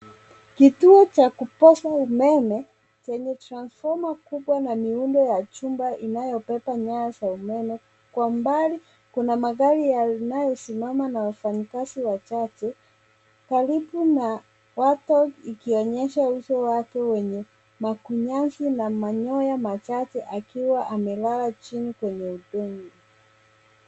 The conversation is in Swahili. Kituo cha kupasha umeme zenye transfoma kubwa na miundo ya chumba inayobeba nyaya za umeme. Kwa umbali kuna magari yanayosimama na wafanyikazi wachache. Karibu na warthog ikionyesha uso wake wenye makunyanzi na manyoya machache akiwa amelala chini kwenye udongo.